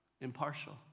impartial